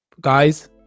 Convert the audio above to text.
guys